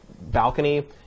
balcony